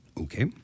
Okay